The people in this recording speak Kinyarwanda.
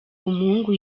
umuhungu